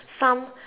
some